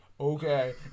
Okay